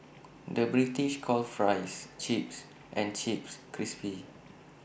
the British calls Fries Chips and Chips Crisps